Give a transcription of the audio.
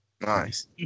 Nice